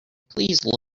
please